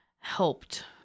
helped